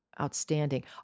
Outstanding